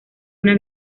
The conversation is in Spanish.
una